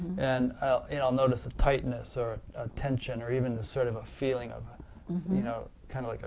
and i'll and i'll notice a tightness or a tension, or even a sort of feeling of ah you know kind of like